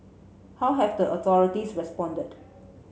how have the authorities responded